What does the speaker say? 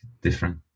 different